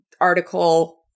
article